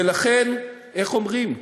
ולכן, איך אומרים?